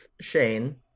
shane